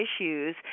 issues